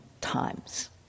times